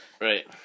right